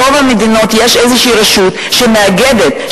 ברוב המדינות יש איזו רשות שמאגדת,